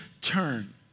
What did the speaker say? turn